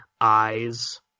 eyes